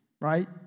right